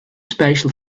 special